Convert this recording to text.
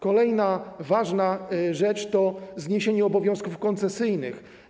Kolejna ważna rzecz to zniesienie obowiązków koncesyjnych.